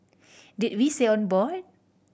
did we say on board